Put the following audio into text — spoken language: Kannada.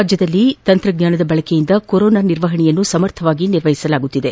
ರಾಜ್ಯದಲ್ಲಿ ತಂತ್ರಜ್ವಾನದ ಬಳಕೆಯಿಂದ ಕೊರೋನಾ ನಿರ್ವಹಣೆಯನ್ನು ಸಮರ್ಥವಾಗಿ ನಿರ್ವಹಿಸಲಾಗುತ್ತಿದೆ